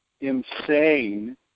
insane